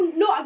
no